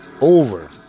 over